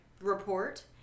report